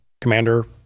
commander